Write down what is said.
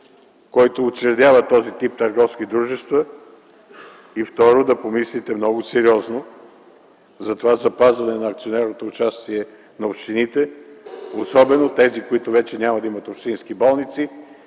който учредява този тип търговски дружества и, второ, да помислите много сериозно за това запазване на акционерното участие на общините, особено тези, които вече няма да имат общински болници